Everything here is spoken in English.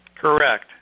Correct